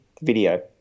video